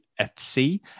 FC